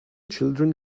children